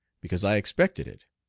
because i expected